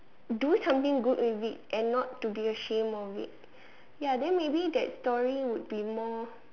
do something good with it and not to be ashamed of it ya then maybe that story would be more